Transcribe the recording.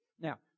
Now